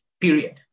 period